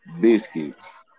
Biscuits